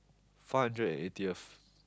five hundred and eightyth